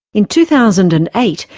in two thousand and eight,